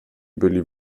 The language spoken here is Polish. byli